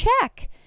check